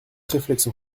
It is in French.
réflexion